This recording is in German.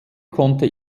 konnte